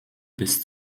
bis